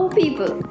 people